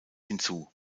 hinzu